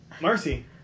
Marcy